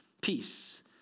peace